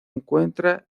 encuentra